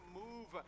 move